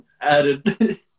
added